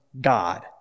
God